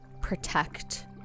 protect